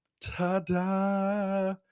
Ta-da